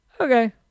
Okay